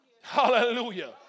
Hallelujah